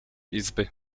izby